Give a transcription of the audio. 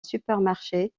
supermarché